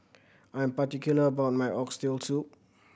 I am particular about my Oxtail Soup